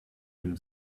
him